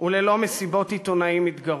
וללא מסיבות עיתונאים מתגרות.